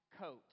coat